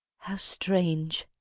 how strange!